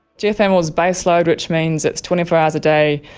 geothermal is baseload, which means it's twenty four hours a day,